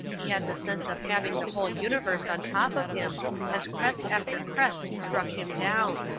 he had the sense of having the whole universe on top of him as crest after crest struck him down.